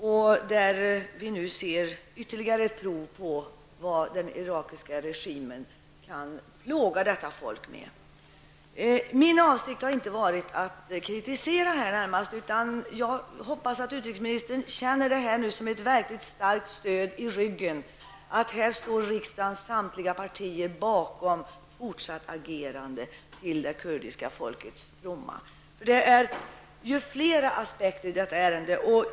Vi ser nu ytterligare ett prov på vad den irakiska regimen kan plåga detta folk med. Min avsikt har inte varit att kritisera, utan jag hoppas att utrikesministern känner det som ett mycket starkt stöd i ryggen att riksdagens samtliga partier står bakom fortsatt agerande till det kurdiska folkets fromma. Det finns flera aspekter i detta ärende.